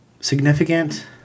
significant